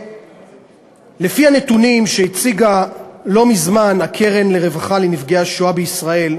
לפי הנתונים שהציגה לא מזמן הקרן לרווחת ניצולי השואה בישראל,